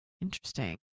interesting